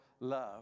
love